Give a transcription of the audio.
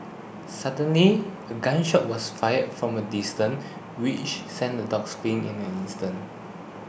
suddenly a gun shot was fired from a distance which sent the dogs fleeing in an instance